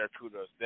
kudos